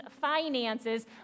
finances